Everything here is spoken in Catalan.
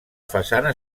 façana